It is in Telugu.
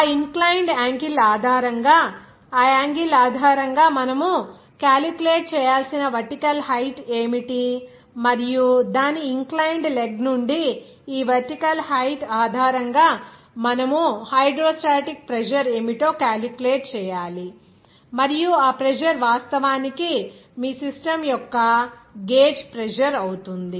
ఆ ఇన్ క్లయిన్ద్ యాంగిల్ ఆధారంగా ఆ యాంగిల్ ఆధారంగా మనము క్యాలిక్యులేట్ చేయాల్సిన వర్టికల్ హైట్ ఏమిటి మరియు దాని ఇన్ క్లయిన్ద్ లెగ్ నుండి ఈ వర్టికల్ హైట్ ఆధారంగా మనము హైడ్రోస్టాటిక్ ప్రెజర్ ఏమిటో క్యాలిక్యులేట్ చేయాలి మరియు ఆ ప్రెజర్ వాస్తవానికి మీ సిస్టమ్ యొక్క గేజ్ ప్రెజర్ అవుతుంది